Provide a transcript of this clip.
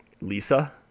Lisa